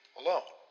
alone